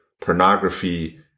pornography